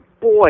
boy